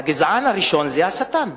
הגזען הראשון זה השטן,